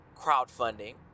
crowdfunding